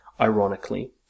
Ironically